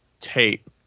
tape